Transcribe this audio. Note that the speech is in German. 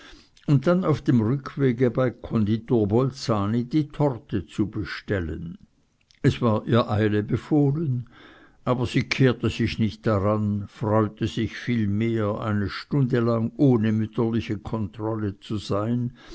und dann auf dem rückwege bei konditor bolzani die torte zu bestellen es war ihr eile befohlen aber sie kehrte sich nicht dran freute sich vielmehr eine stunde lang ohne mütterliche kontrolle zu sein